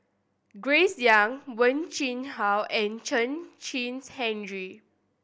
Grace Young Wen Jinhua and Chen Kezhan Henri